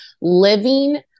living